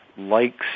likes